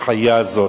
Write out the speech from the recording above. החיה הזאת,